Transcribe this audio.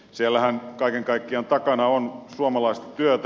siellähän kaiken kaikkiaan on takana suomalaista työtä